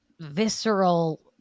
visceral